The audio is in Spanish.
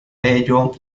ello